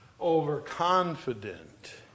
overconfident